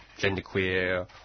genderqueer